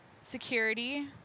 Security